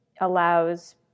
allows